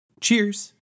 Cheers